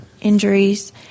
injuries